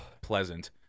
pleasant